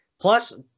Plus